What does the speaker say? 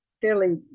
fairly